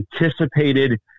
anticipated